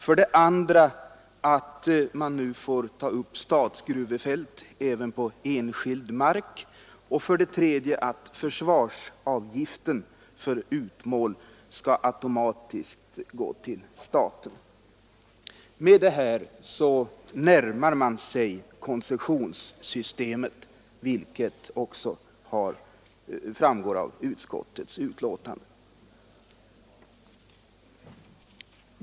För det andra får man nu utlägga statsgruvefält även på enskild mark. För det tredje skall den s.k. försvarsavgiften för utmål automatiskt gå till staten. Med det här närmar man sig koncessionssystemet, vilket också framgår av utskottets betänkande.